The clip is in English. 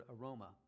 aroma